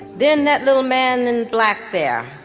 then that little man in black there,